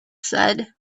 said